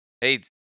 Hey